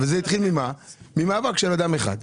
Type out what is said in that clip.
אבל זה התחיל ממאבק של אדם אחד.